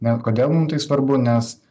net kodėl mums tai svarbu nes